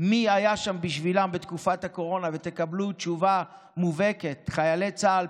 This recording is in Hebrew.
מי היה שם בשבילם בתקופת הקורונה ותקבלו תשובה מובהקת: חיילי צה"ל,